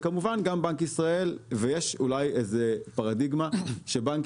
וכמובן גם בנק ישראל ויש אולי איזה פרדיגמה שבנק